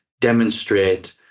demonstrate